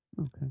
Okay